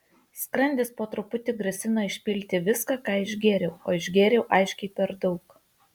skrandis po truputį grasino išpilti viską ką išgėriau o išgėriau aiškiai per daug